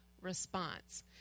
response